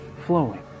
flowing